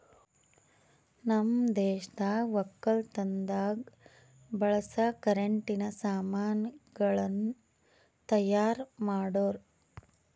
ನಮ್ ದೇಶದಾಗ್ ವಕ್ಕಲತನದಾಗ್ ಬಳಸ ಕರೆಂಟಿನ ಸಾಮಾನ್ ಗಳನ್ನ್ ತೈಯಾರ್ ಮಾಡೋರ್